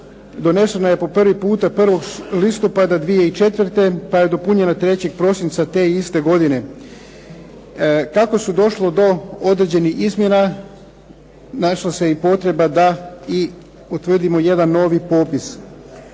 donesena je po prvi puta 1. listopada 2004., pa je dopunjena 3. prosinca te iste godine. Kako su došlo do određenih izmjena našla se i potreba da i utvrdimo jedan novi popis.